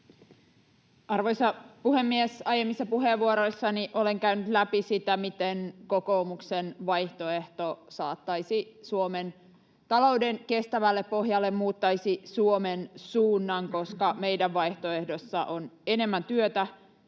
Arvoisa puhemies! Aiemmissa puheenvuoroissani olen käynyt läpi sitä, miten kokoomuksen vaihtoehto saattaisi Suomen talouden kestävälle pohjalle ja muuttaisi Suomen suunnan, koska meidän vaihtoehdossa on enemmän työtä